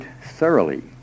thoroughly